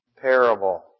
parable